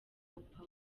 papa